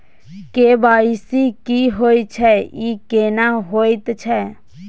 KYC की होय छै, ई केना होयत छै?